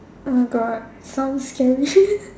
oh God sounds scary